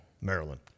Maryland